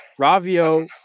Ravio